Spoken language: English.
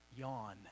Yawn